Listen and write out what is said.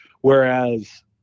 Whereas